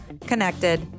connected